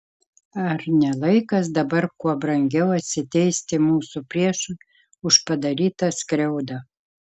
ar ne laikas dabar kuo brangiau atsiteisti mūsų priešui už padarytą skriaudą